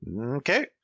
Okay